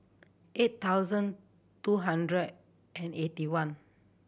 eight thousand two hundred and eighty one